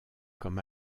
comme